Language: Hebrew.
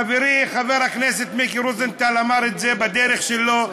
חברי חבר הכנסת מיקי רוזנטל אמר את זה בדרך שלו,